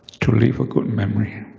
to leave a good and memory.